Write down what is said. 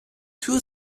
two